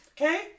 okay